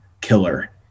killer